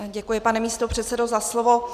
Děkuji, pane místopředsedo, za slovo.